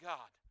God